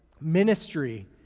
ministry